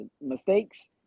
mistakes